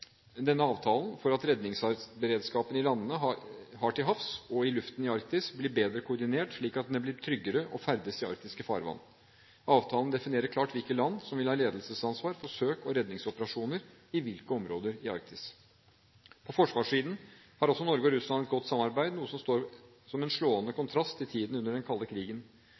denne avtalen for at redningsberedskapen landene har til havs og i luften i Arktis, blir bedre koordinert, slik at det blir tryggere å ferdes i arktiske farvann. Avtalen definerer klart hvilket land som vil ha ledelsesansvar for søk- og redningsoperasjoner i hvilke områder i Arktis. På forsvarssiden har også Norge og Russland et godt samarbeid, noe som står som en slående kontrast til tiden under den kalde krigen.